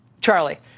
Charlie